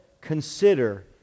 consider